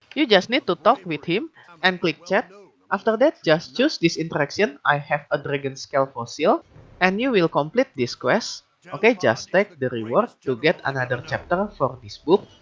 you just need to talk with him and click chat after that just choose this interaction i have a dragon scale fossil and you will complete this quest okay, just take the reward to get another chapter for and this book.